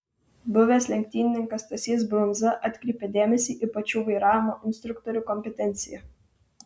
buvęs lenktynininkas stasys brundza atkreipia dėmesį į pačių vairavimo instruktorių kompetenciją